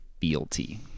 fealty